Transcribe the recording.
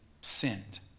sinned